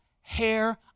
hair